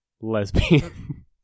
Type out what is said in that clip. Lesbian